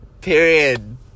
Period